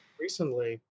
recently